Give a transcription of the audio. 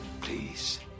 please